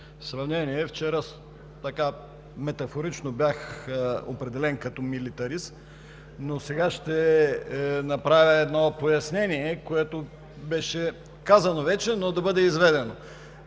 Вчера метафорично бях определен като милитарист, но сега ще направя едно пояснение, което беше казано вече, но да бъде изведено.